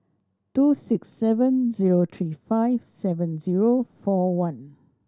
two six seven zero three five seven zero four one